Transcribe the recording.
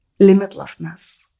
limitlessness